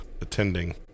attending